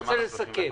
תודה רבה,